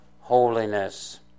holiness